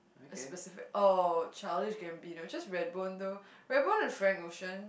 a specific oh Childish-Gambino just Red-Bone though Red-Bone and Frank-Ocean